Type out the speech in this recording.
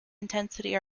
intensity